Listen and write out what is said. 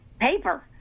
paper